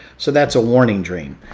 so that's a warning dream.